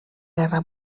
guerra